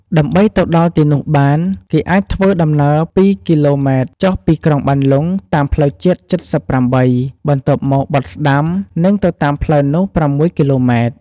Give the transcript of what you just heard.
ដើម្បីទៅដល់ទីនោះបាន គេអាចធ្វើដំណើរពីរគីឡូម៉ែត្រចុះពីក្រុងបានលុងតាមផ្លូវជាតិលេខចិតសិបប្រាំបី បន្ទាប់មកបត់ស្ដាំ និងទៅតាមផ្លូវនោះប្រាំមួយគីឡូម៉ែត្រ។